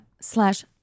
slash